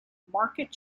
market